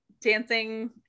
dancing